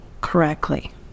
correctly